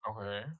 Okay